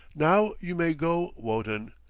now you may go. wotton,